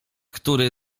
który